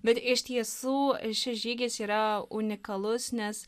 bet iš tiesų šis žygis yra unikalus nes